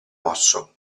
mosso